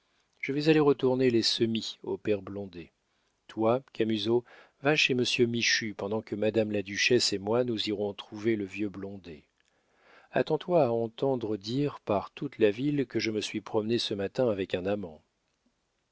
je vais aller retourner les semis au père blondet toi camusot va chez monsieur michu pendant que madame la duchesse et moi nous irons trouver le vieux blondet attends toi à entendre dire par toute la ville que je me suis promenée ce matin avec un amant